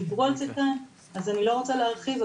דיברו על זה כאן אז אני לא רוצה להרחיב,